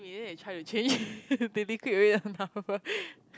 maybe they try to change they liquid away the number